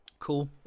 Cool